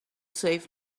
save